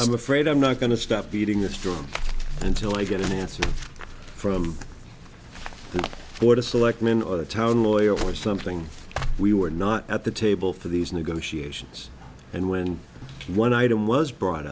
i'm afraid i'm not going to stop beating the story until i get an answer from you or to select men or the town lawyer or something we were not at the table for these negotiations and when one item was brought